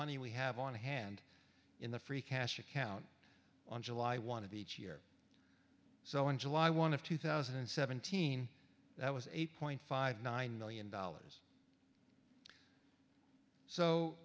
money we have on hand in the free cash account on july wanted to each year so in july one of two thousand and seventeen that was eight point five nine million dollars so